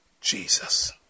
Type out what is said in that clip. Jesus